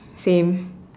same